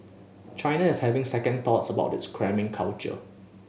China is having second thoughts about its cramming culture